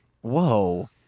Whoa